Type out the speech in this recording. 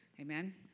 Amen